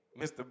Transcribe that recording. Mr